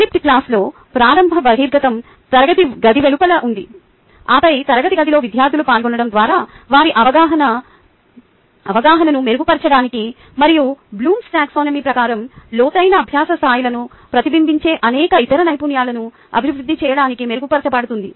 flipped క్లాస్లో ప్రారంభ బహిర్గతం తరగతి గది వెలుపల ఉంది ఆపై తరగతి గదిలో విద్యార్థుల పాల్గొనడం ద్వారా వారి అవగాహనను మెరుగుపరచడానికి మరియు బ్లూమ్స్ టాక్సానమీBloom's taxonomy ప్రకారం లోతైన అభ్యాస స్థాయిలను ప్రతిబింబించే అనేక ఇతర నైపుణ్యాలను అభివృద్ధి చేయడానికి మెరుగుపరచబడుతుంది